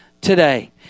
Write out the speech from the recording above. today